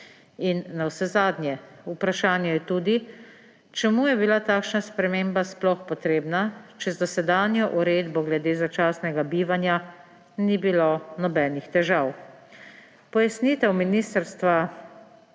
In navsezadnje vprašanje je tudi, čemu je bila takšna sprememba sploh potrebna, če z dosedanjo uredbo glede začasnega bivanja ni bilo nobenih težav. Pojasnitev Ministrstva